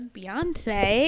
Beyonce